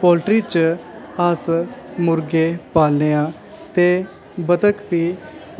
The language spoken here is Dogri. पोल्ट्री च अस मुर्गे पालनै आं ते बतख बी